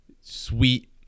sweet